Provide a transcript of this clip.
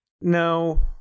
No